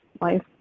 life